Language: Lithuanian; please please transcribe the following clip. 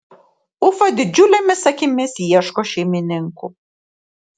ufa didžiulėmis akimis ieško šeimininkų